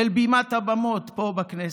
אל בימת הבמות, פה בכנסת.